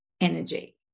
energy